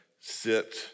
sit